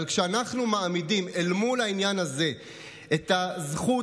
אבל כשאנחנו מעמידים אל מול העניין הזה את הזכות